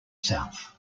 south